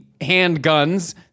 handguns